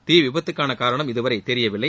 தீ விபத்துக்கான காரணம் இதுவரை தெரியவில்லை